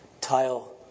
tile